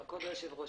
כבוד היושב ראש?